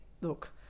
look